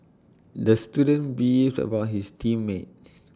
the student beefed about his team mates